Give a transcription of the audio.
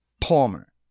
Palmer